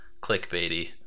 clickbaity